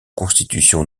constitutions